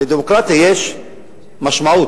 לדמוקרטיה יש משמעות,